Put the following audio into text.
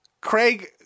Craig